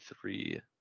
three